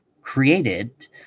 created